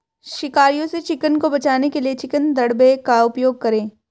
शिकारियों से चिकन को बचाने के लिए चिकन दड़बे का उपयोग करें